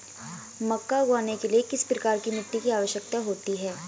मक्का उगाने के लिए किस प्रकार की मिट्टी की आवश्यकता होती है?